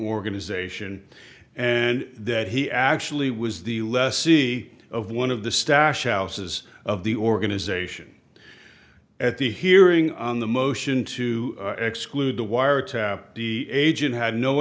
rganization and that he actually was the less see of one of the stash houses of the organization at the hearing on the motion to exclude the wiretap dea agent had no